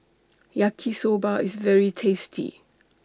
Yaki Soba IS very tasty